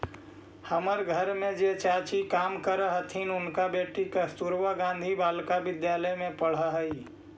हमर घर पर जे चाची काम करऽ हथिन, उनकर बेटी कस्तूरबा गांधी बालिका विद्यालय में पढ़ऽ हई